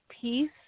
peace